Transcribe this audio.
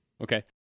Okay